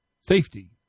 safety